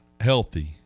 healthy